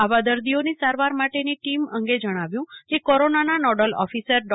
આવા દર્દીઓની સારવાર માટેની ટીમ અંગે જણાવ્યું કે કોરોનાના નોડલ ઓફિસર ડો